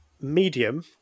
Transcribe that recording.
Medium